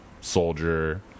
Soldier